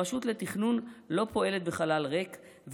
הרשות לתכנון לא פועלת בחלל ריק,